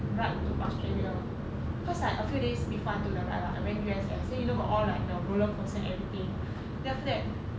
right to australia cause like a few days before to the 罢了 I went U_S_S you know got all like the roller coaster and everything then after that